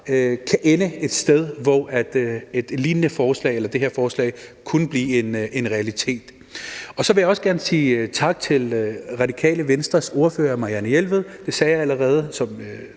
lignende forslag, eller det her forslag, kunne blive en realitet. Så vil jeg også gerne sige tak til Radikale Venstres ordfører, Marianne Jelved. Jeg sagde allerede, da